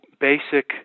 basic